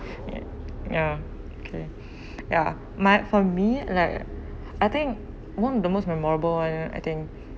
ya ya okay ya like for me like I think one of the most memorable [one] I think